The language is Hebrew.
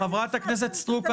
קואליציונית --- חברת הכנסת סטרוק,